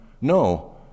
No